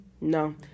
no